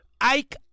Ike